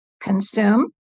consume